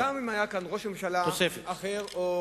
תוספת.